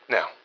Now